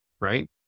Right